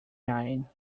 mine